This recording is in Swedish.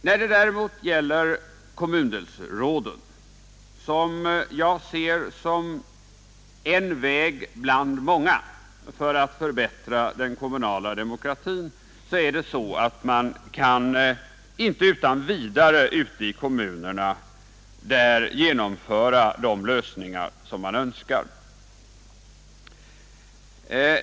När det däremot gäller kommundelsråden, som jag ser som en väg bland många för att förbättra den kommunala demokratin, kan man inte utan vidare i kommunerna genomföra de lösningar som man önskar.